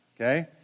okay